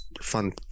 fun